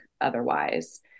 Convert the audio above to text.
otherwise